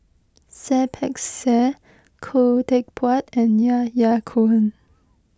Seah Peck Seah Khoo Teck Puat and Yahya Cohen